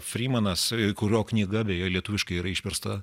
frymanas kurio knyga beje lietuviškai yra išversta